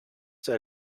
der